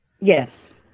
Yes